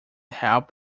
help